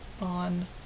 on